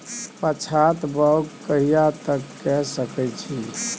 पछात बौग कहिया तक के सकै छी?